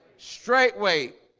straight wait,